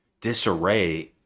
disarray